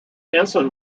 henson